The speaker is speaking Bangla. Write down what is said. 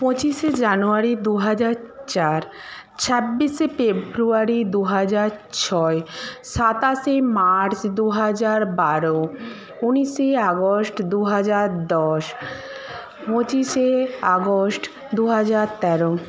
পঁচিশে জানুয়ারি দুহাজার চার ছাব্বিশে ফেব্রুয়ারি দুহাজার ছয় সাতাশে মার্চ দুহাজার বারো উনিশে আগস্ট দুহাজার দশ পঁচিশে আগস্ট দুহাজার তেরো